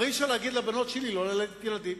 הרי אי-אפשר להגיד לבנות שלי לא ללדת ילדים,